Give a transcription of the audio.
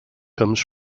comes